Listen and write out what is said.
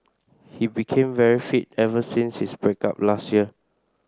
he became very fit ever since his break up last year